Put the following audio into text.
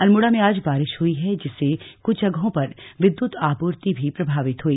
अल्मोड़ा में आज बारिश हुई है जिससे कुछ जगहों पर विद्युत आपूर्ति भी प्रभावित हुई